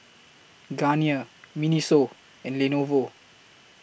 Garnier Miniso and Lenovo